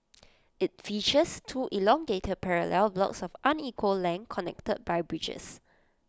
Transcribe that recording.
IT features two elongated parallel blocks of unequal length connected by bridges